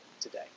today